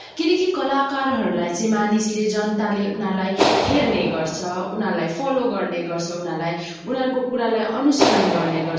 किनिक कलाकारहरूलाई चाहिँ मानिसले जनताले उनीहरूलाई हेर्ने गर्छ उनीहरूलाई फलो गर्ने गर्छ उनीहरूलाई उनीहरूको कुरालाई अनुसरण गर्ने गर्छ